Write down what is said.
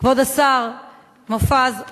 כבוד השר מופז,